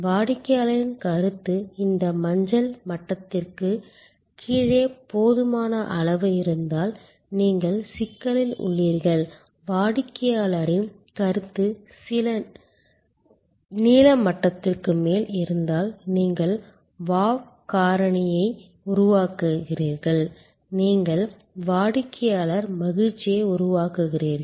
வாடிக்கையாளரின் கருத்து இந்த மஞ்சள் மட்டத்திற்குக் கீழே போதுமான அளவு இருந்தால் நீங்கள் சிக்கலில் உள்ளீர்கள் வாடிக்கையாளரின் கருத்து நீல மட்டத்திற்கு மேல் இருந்தால் நீங்கள் வாவ் காரணியை உருவாக்குகிறீர்கள் நீங்கள் வாடிக்கையாளர் மகிழ்ச்சியை உருவாக்குகிறீர்கள்